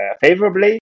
favorably